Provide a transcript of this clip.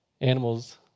animals